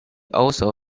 also